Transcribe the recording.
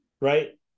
right